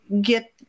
Get